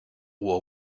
war